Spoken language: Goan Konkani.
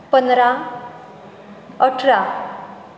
पंदरा अठरा